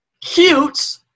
cute